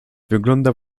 wyglądam